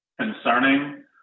concerning